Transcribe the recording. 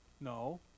No